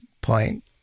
point